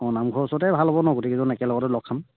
নামঘৰৰ ওচৰতে ভাল হ'ব নহ্ গোটেইকেইজন একেলগতে লগ খাম